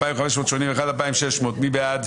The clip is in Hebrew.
רוויזיה על הסתייגויות 2460-2441, מי בעד?